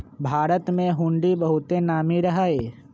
भारत में हुंडी बहुते नामी रहै